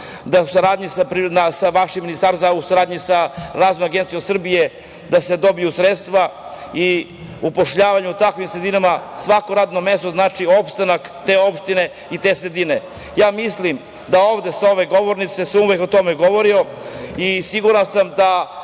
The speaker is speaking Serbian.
da u saradnji sa vašim ministarstvom, a u saradnji sa Razvojnom agencijom Srbije da se dobiju sredstva i upošljavanjem u takvim sredinama, svako radno mesto znači opstanak te opštine i te sredine, i ja mislim sa ove govornice se uvek o tome govori. Siguran sam da